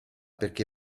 perché